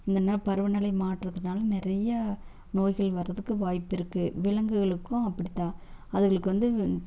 இந்த பருவநிலை மாற்றத்தால் நிறைய நோய்கள் வரதுக்கு வாய்ப்பு இருக்கு விலங்குகளுக்கும் அப்படித்தான் அதுகளுக்கு வந்து